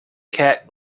cat